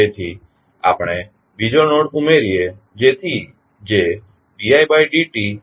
તેથી આપણે બીજો નોડ ઉમેરીએ છીએ જે d id t અને d ecd t છે